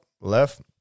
left